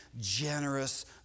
generous